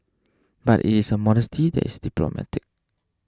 but it is a modesty that is diplomatic